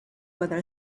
whether